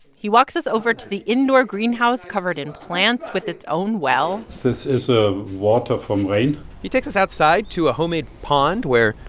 he walks us over to the indoor greenhouse covered in plants with its own well this is ah water from rain he takes us outside to a homemade pond where,